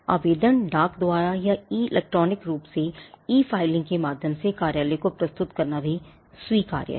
आवेदन डाक द्वारा या इलेक्ट्रॉनिक रूप से ई फाइलिंग के माध्यम से कार्यालय को प्रस्तुत करना भी स्वीकार्य है